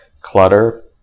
clutter